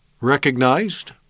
recognized